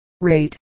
rate